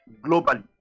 globally